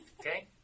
Okay